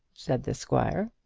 said the squire.